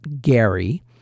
Gary